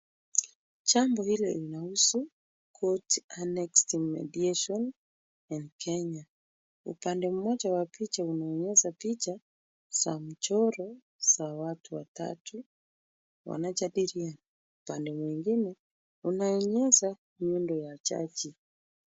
Jambo hili linahusu Court Annexed Mediation in Kenya. Upande mmoja wa picha unaonyesha picha za mchoro za watu watatu wanajadiliana. Upande mwingine unaonyesha nyundo ya jaji.